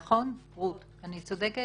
נכון, רות, אני צודקת?